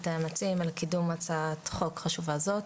הנמצאים על קידום הצעת חוק חשובה זאת.